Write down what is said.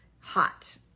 hot